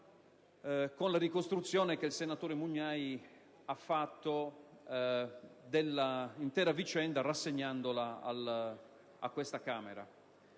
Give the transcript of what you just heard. con la ricostruzione che il senatore Mugnai ha fatto dell'intera vicenda rassegnandola a questa Camera.